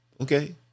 okay